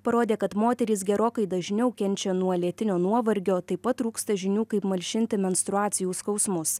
parodė kad moterys gerokai dažniau kenčia nuo lėtinio nuovargio taip pat trūksta žinių kaip malšinti menstruacijų skausmus